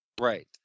Right